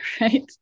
right